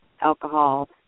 alcohol